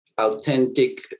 Authentic